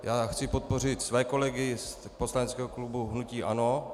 Já chci podpořit své kolegy z poslaneckého klubu hnutí ANO.